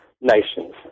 nations